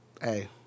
Hey